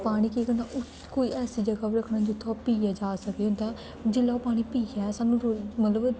पानी केह् करना उ कोई ऐसी जगह् पर रक्खना जित्थु ओह् पीए जा सकै ते जिल्लै ओह् पानी पीयै सानूं मतलब